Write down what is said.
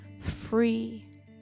free